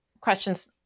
questions